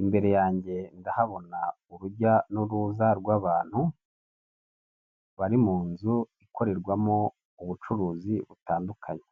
Imbere yanjye ndahabona urujya n'uruza rw'abantu bari mu nzu ikorerwamo ubucuruzi butandukanye